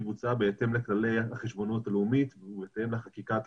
בוצעה בהתאם לכללי החשבונאות הלאומית ובהתאם לחקיקה התקציבית.